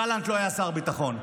גלנט לא היה שר ביטחון.